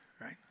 right